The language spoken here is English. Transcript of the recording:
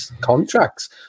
contracts